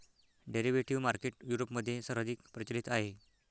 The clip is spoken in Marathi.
डेरिव्हेटिव्ह मार्केट युरोपमध्ये सर्वाधिक प्रचलित आहे